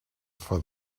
for